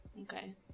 Okay